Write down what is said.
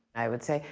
i would say,